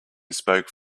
spoke